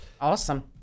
awesome